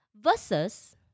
Versus